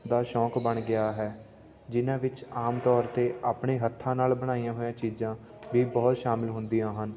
ਦਾ ਸ਼ੌਂਕ ਬਣ ਗਿਆ ਹੈ ਜਿਨ੍ਹਾਂ ਵਿੱਚ ਆਮ ਤੌਰ 'ਤੇ ਆਪਣੇ ਹੱਥਾਂ ਨਾਲ਼ ਬਣਾਈਆਂ ਹੋਈਆਂ ਚੀਜ਼ਾਂ ਵੀ ਬਹੁਤ ਸ਼ਾਮਿਲ ਹੁੰਦੀਆਂ ਹਨ